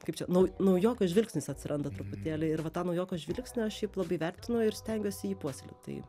kaip čia nau naujoko žvilgsnis atsiranda truputėlį ir va tą naujoko žvilgsnį aš šiaip labai vertinu ir stengiuosi jį puoselėt tai